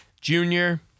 junior